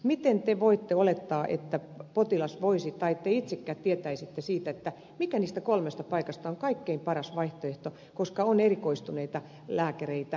miten te voitte olettaa että potilas voisi tietää tai te itsekään tietäisitte mikä niistä kolmesta paikasta on kaikkein paras vaihtoehto koska on erikoistuneita lääkäreitä